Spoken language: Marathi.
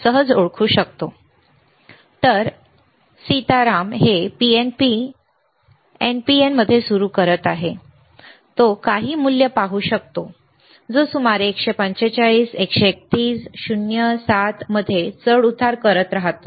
तर तो हे NPN मध्ये सुरू करत आहे आणि तो काही मूल्य पाहू शकतो जो सुमारे 145 131 0 7 मध्ये चढ उतार करत राहतो